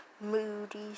moody